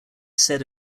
said